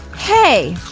hey!